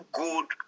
good